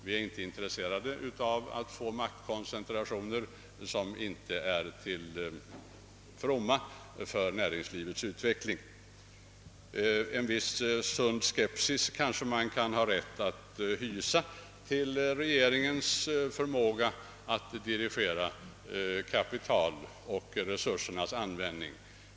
Vi är inte intresserade av att få en maktkoncentration, som inte är till fromma för näringslivets utveckling. En viss sund skepsis kanske man kan ha rätt att hysa mot regeringens förmåga att dirigera kapital och utnyttja resurser.